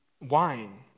wine